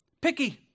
picky